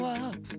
up